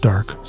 Dark